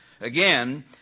Again